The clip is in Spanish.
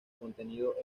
contenido